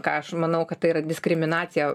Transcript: ką aš manau kad tai yra diskriminacija